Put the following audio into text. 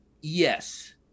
Yes